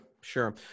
sure